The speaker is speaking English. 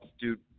dude